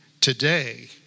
Today